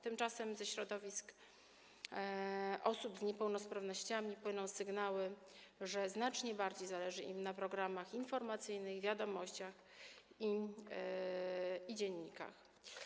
Tymczasem ze środowisk osób z niepełnosprawnościami płyną sygnały, że znacznie bardziej zależy im na programach informacyjnych, wiadomościach i dziennikach.